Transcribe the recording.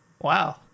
Wow